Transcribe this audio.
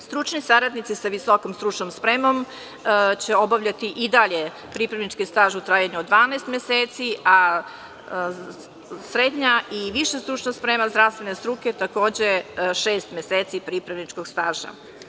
Stručni saradnici sa visokom stručnom spremom će obavljati i dalje pripravnički staž u trajanju od 12 meseci, a srednja i viša stručna sprema zdravstvene struke takođe šest meseci pripravničkog staža.